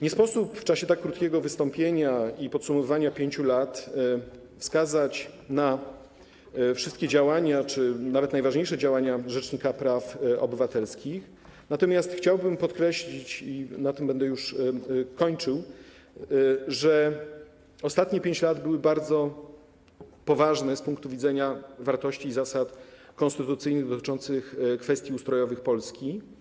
Nie sposób w czasie tak krótkiego wystąpienia i podsumowania 5 lat wskazać wszystkich czy nawet najważniejszych działań rzecznika praw obywatelskich, natomiast chciałbym pokreślić - i na tym będę już kończył - że ostatnie 5 lat było bardzo poważne z punktu widzenia wartości i zasad konstytucyjnych dotyczących kwestii ustrojowych Polski.